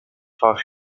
far